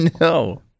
no